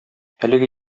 әлеге